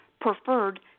preferred